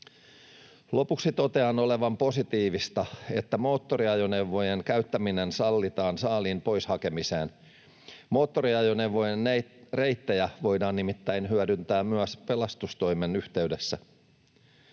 Lopuksi totean olevan positiivista, että moottoriajoneuvojen käyttäminen sallitaan saaliin pois hakemiseen. Moottoriajoneuvojen reittejä voidaan nimittäin hyödyntää myös pelastustoimen yhteydessä.